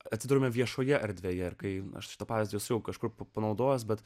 atsiduriame viešoje erdvėje ar kai aš šito pavyzdžiui su kažkuo panaudojęs bet